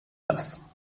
das